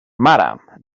madam